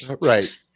Right